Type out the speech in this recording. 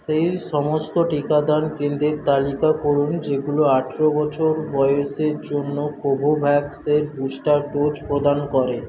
সেই সমস্ত টিকাদান কেন্দ্রের তালিকা করুন যেগুলো আঠেরো বছর বয়সের জন্য কোভোভ্যাক্স এর বুস্টার ডোজ প্রদান করে